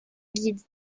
guide